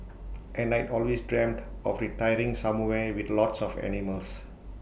and I'd always dreamed of retiring somewhere with lots of animals